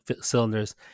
cylinders